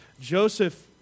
Joseph